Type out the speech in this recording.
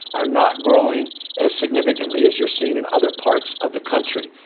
are not growing as significantly as you're seeing in other parts of the country.